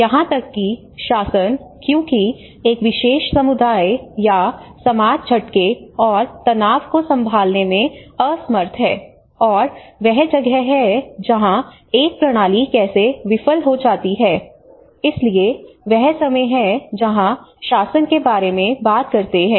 यहां तक कि शासन क्योंकि एक विशेष समुदाय या समाज झटके और तनाव को संभालने में असमर्थ है और वह जगह है जहां एक प्रणाली कैसे विफल हो जाती है इसलिए वह समय है जहां शासन के बारे में बात करते हैं